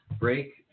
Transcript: break